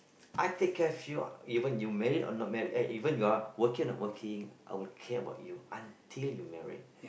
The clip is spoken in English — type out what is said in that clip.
I take care of you even you married or not married eh even you are working or not working I will care about you until you married